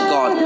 God